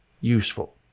useful